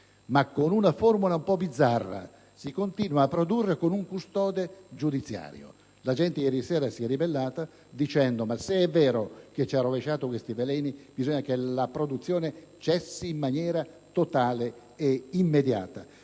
ma con una formula un po' bizzarra: si continuare a produrre con un custode giudiziario. La gente ieri sera si è ribellata dicendo che se è vero che sono stati rovesciati tali veleni, bisogna che la produzione cessi in maniera totale ed immediata.